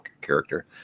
character